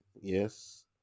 yes